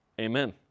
Amen